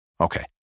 Okay